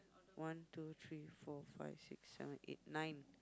one two three four five six seven eight nine